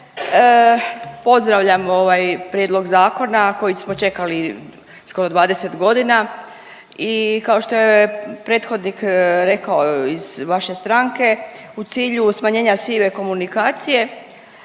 pozdravljam ovaj prijedlog zakona koji smo čekali skoro 20 godina i kao što je prethodnik rekao iz vaše stranke u cilju smanjenja sive komunikacije,